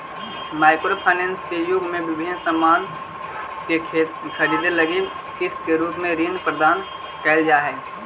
micro finance के युग में विभिन्न सामान के खरीदे लगी किस्त के रूप में ऋण प्रदान कईल जा हई